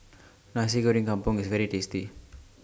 Nasi Goreng Kampung IS very tasty